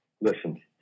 listen